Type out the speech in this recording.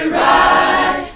ride